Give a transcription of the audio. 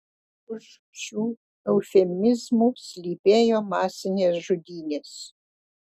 už šių eufemizmų slypėjo masinės žudynės